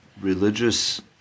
religious